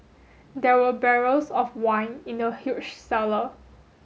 there were barrels of wine in the huge cellar